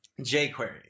jQuery